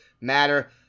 matter